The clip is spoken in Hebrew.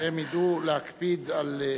הם ידעו להקפיד על,